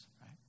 right